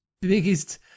biggest